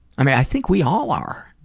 i mean, i think we all are.